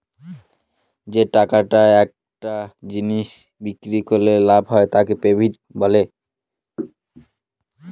যে টাকাটা একটা জিনিস বিক্রি করে লাভ হয় তাকে প্রফিট বলে